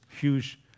huge